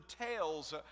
tales